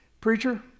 Preacher